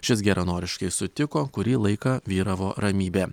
šis geranoriškai sutiko kurį laiką vyravo ramybė